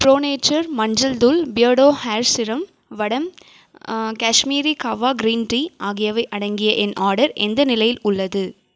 bro nature மஞ்சள் தூள் Beardo hair serum வடம் காஷ்மீரி காவா க்ரீன் டீ ஆகியவை அடங்கிய என் ஆர்டர் எந்த நிலையில் உள்ளது